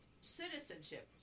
citizenship